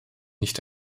nicht